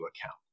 account